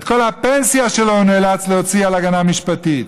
את כל הפנסיה שלו הוא נאלץ להוציא על הגנה משפטית.